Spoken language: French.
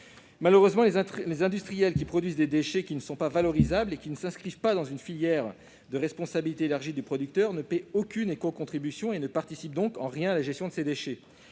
Malheureusement, les industriels qui produisent des déchets qui ne sont pas valorisables et qui ne s'inscrivent pas dans une filière de responsabilité élargie du producteur ne paient aucune écocontribution et ne participent donc en rien à la gestion de ces déchets.